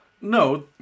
no